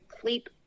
sleep